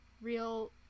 real